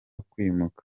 kwimuka